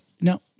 No